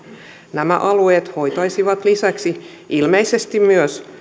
nämä alueet hoitaisivat lisäksi ilmeisesti myös